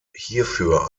hierfür